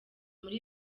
muri